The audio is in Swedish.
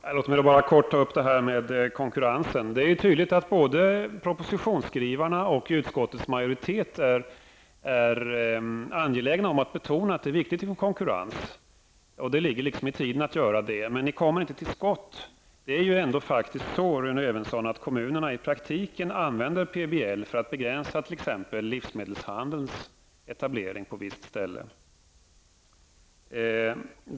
Herr talman! Låt mig i korthet ta upp det här med konkurrensen. Det är tydligt att både propositionsskrivarna och utskottets majoritet är angelägna om att betona att det är viktigt med konkurrens. Det ligger liksom i tiden att göra det. Men ni kommer inte till skott. Det är faktiskt ändå så, Rune Evensson, att kommunerna i praktiken använder PBL för att begränsa t.ex. livsmedelshandelns etablering på visst ställe.